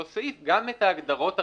אותו סעיף, גם את ההגדרות הרלוונטיות.